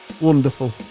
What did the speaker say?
Wonderful